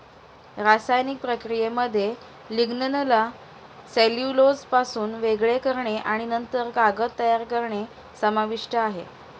रासायनिक प्रक्रियेमध्ये लिग्निनला सेल्युलोजपासून वेगळे करणे आणि नंतर कागद तयार करणे समाविष्ट आहे